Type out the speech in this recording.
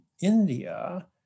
India